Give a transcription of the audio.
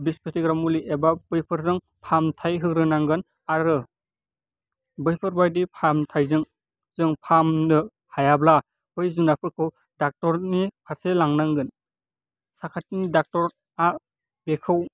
बिस फोथैग्रा मुलि एबा बैफोरजों फाहामथाय होग्रोनांगोन आरो बैफोरबायदि फाहामथायजों जों फाहामनो हायाब्ला बै जुनारफोरखौ डाक्टरनि फारसे लांनांगोन साखाथिनि डक्टरा बेखौ